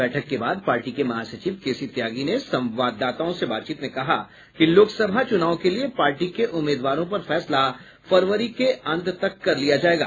बैठक के बाद पार्टी के महासचिव के सी त्यागी ने संवाददाताओं से बातचीत में कहा कि लोकसभा चुनाव के लिए पार्टी के उम्मीदवारों पर फैसला फरवरी के अंत तक कर लिया जाएगा